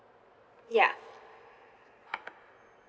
ya